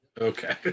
Okay